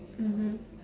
mmhmm